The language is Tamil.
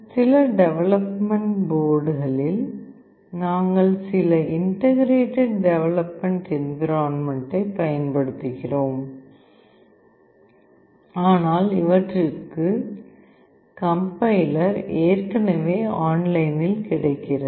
சில டெவலப்மெண்ட் போர்டுகளில் நாங்கள் சில இன்டகிரேடட் டெவலப்மெண்ட் என்விரான்மென்ட்டைப் பயன்படுத்துகிறோம் ஆனால் சிலவற்றிற்கு கம்பைலர் ஏற்கனவே ஆன்லைனில் கிடைக்கிறது